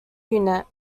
unit